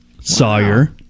Sawyer